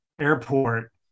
airport